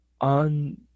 on